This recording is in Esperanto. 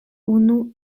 unu